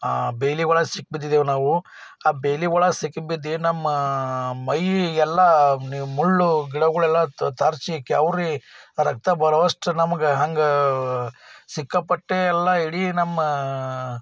ಆ ಬೇಲಿವಳ ಸಿಕ್ಬಿದ್ದಿದ್ದೆವು ನಾವು ಆ ಬೇಲಿವಳಗೆ ಸಿಕ್ಕು ಬಿದ್ದು ನಮ್ಮ ಮೈಯೆಲ್ಲ ಮುಳ್ಳು ಗಿಡಗಳೆಲ್ಲ ತರಚಿ ಗೆವ್ರಿ ರಕ್ತ ಬರೋವಷ್ಟು ನಮ್ಗೆ ಹಂಗೆ ಸಿಕ್ಕಾಪಟ್ಟೆ ಎಲ್ಲ ಇಡೀ ನಮ್ಮ